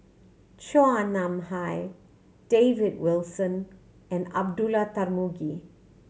Chua Nam Hai David Wilson and Abdullah Tarmugi